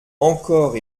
encore